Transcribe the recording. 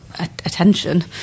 Attention